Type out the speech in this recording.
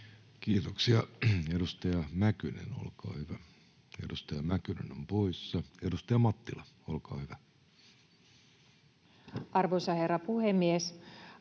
Kiitoksia. — Edustaja Mäkynen, olkaa hyvä. Edustaja Mäkynen on poissa. — Edustaja Mattila, olkaa hyvä. [Speech 207] Speaker: